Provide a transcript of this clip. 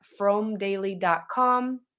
FromDaily.com